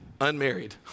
unmarried